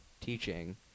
teaching